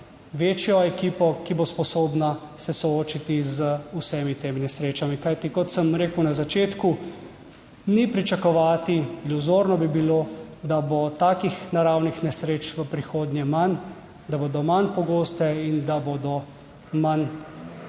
večjo ekipo, ki bo sposobna se soočiti z vsemi temi nesrečami. Kajti, kot sem rekel, na začetku ni pričakovati, iluzorno bi bilo, da bo takih naravnih nesreč v prihodnje manj, da bodo manj pogoste in da bodo manj,